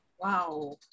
Wow